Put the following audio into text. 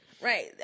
Right